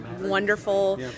wonderful